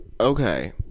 Okay